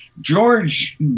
George